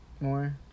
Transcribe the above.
more